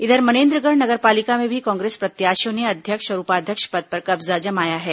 इधर मनेन्द्रगढ़ नगर पालिका में भी कांग्रेस प्रत्याशियों ने अध्यक्ष और उपाध्यक्ष पद पर कब्जा जमाया है